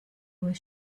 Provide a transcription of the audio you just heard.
was